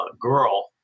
girl